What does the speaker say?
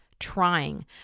trying